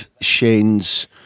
Shane's